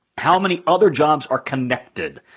how many other jobs are connected,